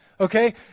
okay